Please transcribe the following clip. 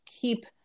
keep